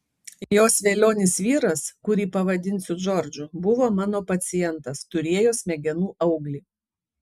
jos velionis vyras kurį pavadinsiu džordžu buvo mano pacientas turėjo smegenų auglį